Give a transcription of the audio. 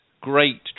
great